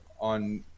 on